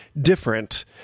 different